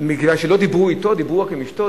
מפני שלא דיברו אתו, דיברו רק עם אשתו?